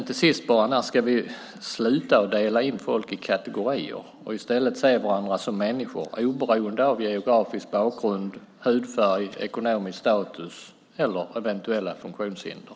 Till sist bara: När ska vi sluta att dela in folk i kategorier och i stället se varandra som människor, oberoende av geografisk bakgrund, hudfärg, ekonomisk status eller eventuella funktionshinder?